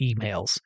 emails